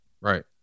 Right